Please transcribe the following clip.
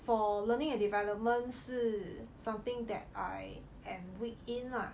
for learning and development 是 something that I am weak in lah